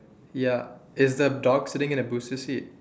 ya is the dog sitting in the booster seat